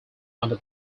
under